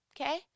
okay